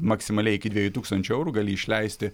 maksimaliai iki dviejų tūkstančių eurų gali išleisti